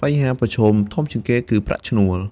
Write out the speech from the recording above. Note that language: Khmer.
បញ្ហាប្រឈមធំជាងគេគឺ ប្រាក់ឈ្នួល។